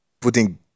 putting